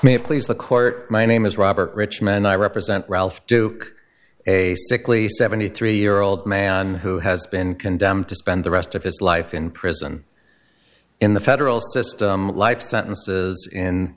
it please the court my name is robert richmond i represent ralph duke a sickly seventy three year old man who has been condemned to spend the rest of his life in prison in the federal system life sentences